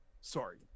Sorry